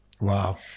Wow